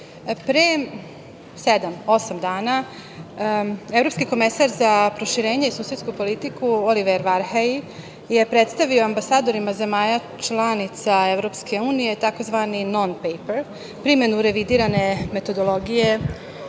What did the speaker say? dana evropski komesar za proširenje i susedsku politiku Oliver Varhelji je predstavio ambasadorima zemalja članica Evropske unije tzv. „non-paper“, primenu revidirane metodologije